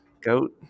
GOAT